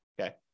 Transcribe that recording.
Okay